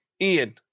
ian